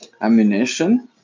Ammunition